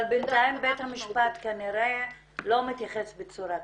אבל בינתיים בית ה משפט כנראה לא מתייחס בצורה כזו.